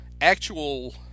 actual